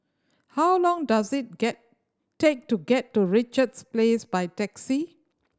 how long does it get take to get to Richards Place by taxi